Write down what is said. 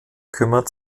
kümmert